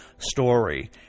story